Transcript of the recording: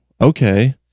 okay